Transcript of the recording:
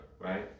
right